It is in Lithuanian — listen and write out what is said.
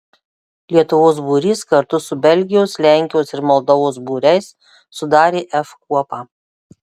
lietuvos būrys kartu su belgijos lenkijos ir moldovos būriais sudarė f kuopą